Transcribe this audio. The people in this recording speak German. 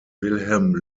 wilhelm